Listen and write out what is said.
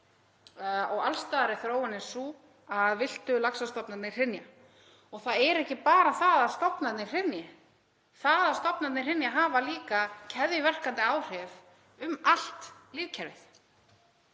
alls staðar sú að villtu laxastofnarnir hrynja. Og það er ekki bara það að stofnarnir hrynji, það að stofnarnir hrynja hefur líka keðjuverkandi áhrif um allt kerfið.